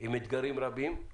עם אתגרים רבים,